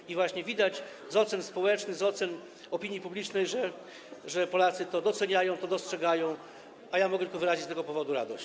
I właśnie widać z ocen społecznych, z ocen opinii publicznej, że Polacy to doceniają, dostrzegają, a ja mogę tylko wyrazić z tego powodu radość.